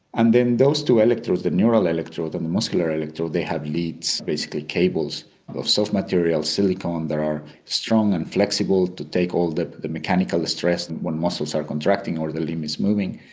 and then those two electrodes, the neural electrode and the muscular electrode, they have leads, basically cables of soft material, silicone, that are strong and flexible to take all the the mechanical stress and when muscles are contracting or the limb is moving.